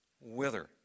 wither